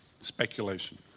Speculation